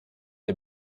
des